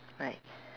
right